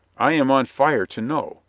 i am on fire to know.